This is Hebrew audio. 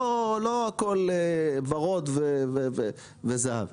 לא הכול ורוד וזהב.